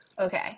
Okay